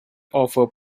offer